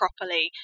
properly